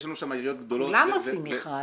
יש לנו שם רשויות גדולות --- כולן עושות מכרז,